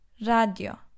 Radio